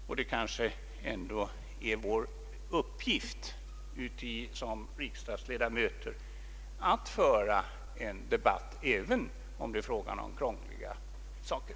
Och det är kanske ändå vår uppgift såsom riksdagsledamöter att föra en debatt, även om det är fråga om krångliga saker.